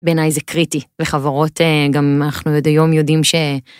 בעיניי זה קריטי, וחברות, גם אנחנו עד היום יודעים ש...